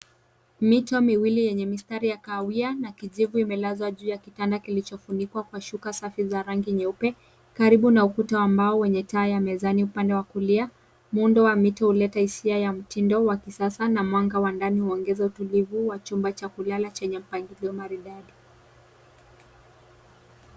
Mito miwili yenye mistari ya kahawia na kijivu imelazwa juu ya kitanda kilichofunikwa kwa shuka safi za rangi nyeupe karibu na ukuta wa mbao wenye taa ya mezani upande wa kulia. Muundo wa miti huleta hisia ya mtindo wa kisasa na mwanga wa ndani huongeza utulivu wa chumba cha kulala chenye mpangilio maridadi.